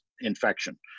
infection